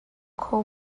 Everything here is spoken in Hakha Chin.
kho